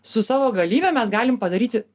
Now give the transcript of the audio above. su savo galybe mes galim padaryti